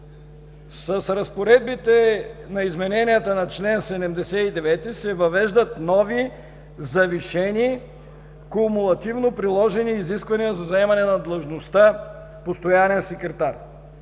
„С разпоредбите на измененията на чл. 79 се въвеждат нови завишени, кумулативно приложени изисквания за заемане на длъжността „постоянен секретар“.